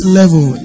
level